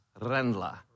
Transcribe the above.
Rendla